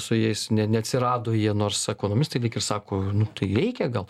su jais ne neatsirado jie nors ekonomistai lyg ir sako nu tai reikia gal